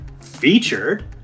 featured